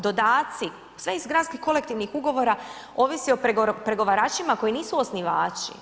Dodaci, sve iz gradskih kolektivnih ugovora ovisi o pregovaračima koji nisu osnivači.